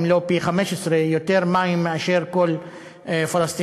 אם לא פי-15 מים מאשר כל פלסטיני.